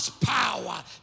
Power